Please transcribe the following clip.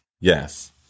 yes